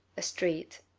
a street